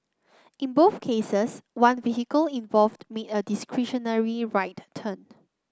in both cases one vehicle involved made a discretionary right turn